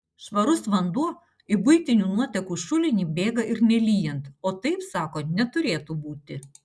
švarus vanduo į buitinių nuotekų šulinį bėga ir nelyjant o taip sako neturėtų būti